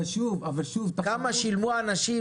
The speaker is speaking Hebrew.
כמה שילמו אנשים,